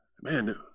man